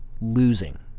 losing